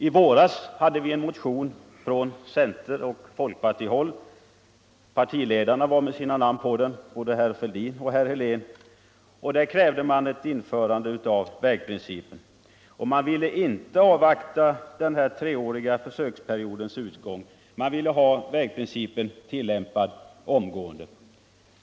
I våras behandlade vi en motion från centeroch folkpartihåll — båda partiledarna hade satt sina namn under den — där man krävde införande av vägprincipen. Man ville inte avvakta den treåriga försöksperiodens utgång, utan man ville ha vägprincipen tillämpad omgående.